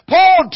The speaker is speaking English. Paul